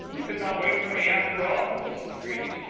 you could not wait for me, after all? was his greeting.